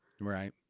Right